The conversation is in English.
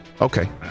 Okay